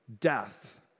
death